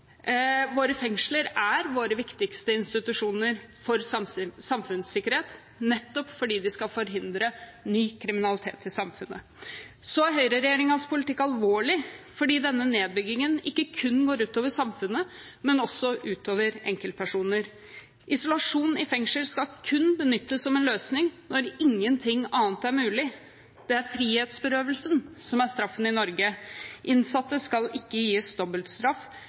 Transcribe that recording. Våre fengsler er våre viktigste institusjoner for samfunnssikkerhet nettopp fordi de skal forhindre ny kriminalitet i samfunnet. Så er høyregjeringens politikk alvorlig fordi denne nedbyggingen ikke kun går ut over samfunnet, men også ut over enkeltpersoner. Isolasjon i fengsel skal kun benyttes som en løsning når ingenting annet er mulig. Det er frihetsberøvelsen som er straffen i Norge. Innsatte skal ikke gis dobbeltstraff